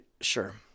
Sure